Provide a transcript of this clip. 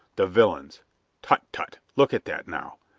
the villains tut, tut, look at that now!